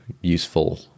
useful